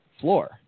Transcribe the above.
floor